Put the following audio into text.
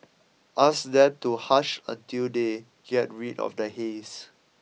ask them to hush until they get rid of the haze